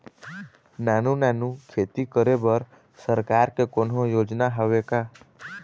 नानू नानू खेती करे बर सरकार के कोन्हो योजना हावे का?